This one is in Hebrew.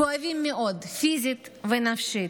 כואבים מאוד, פיזית ונפשית.